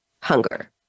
hunger